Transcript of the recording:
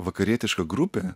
vakarietiška grupė